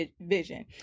vision